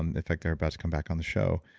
um in fact they're about to come back on the show.